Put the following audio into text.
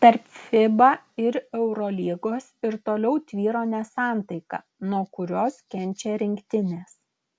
tarp fiba ir eurolygos ir toliau tvyro nesantaika nuo kurios kenčia rinktinės